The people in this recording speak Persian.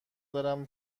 دارم